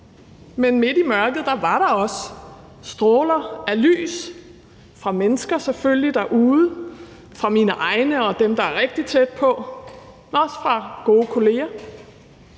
men midt i mørket var der også stråler af lys – fra mennesker derude selvfølgelig og fra mine egne og dem, der er rigtig tæt på, men også fra gode kolleger: